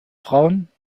frauen